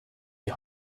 die